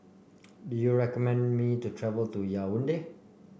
do you recommend me to travel to Yaounde